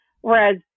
Whereas